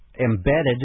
embedded